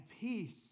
peace